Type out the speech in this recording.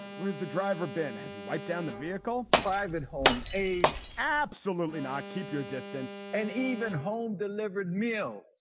where's the driver been? has he wiped down the vehicle? private home aides? absolutely not. keep your distance and even home delivered meal.